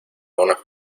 una